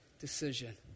decision